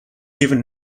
given